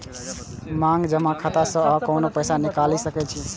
मांग जमा खाता सं अहां कखनो पैसा निकालि सकै छी